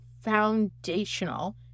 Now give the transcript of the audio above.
foundational